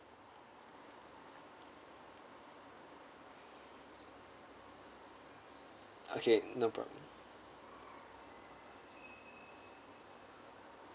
okay no problem